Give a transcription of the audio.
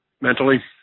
mentally